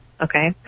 Okay